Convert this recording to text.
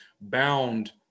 bound